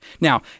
Now